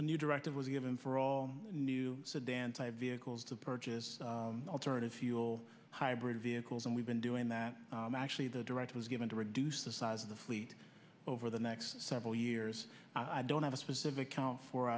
a new directive was given for all new sedan type vehicles to purchase alternative fuel hybrid vehicles and we've been doing that actually the direct was given to reduce the size of the fleet over the next several years i don't have a specific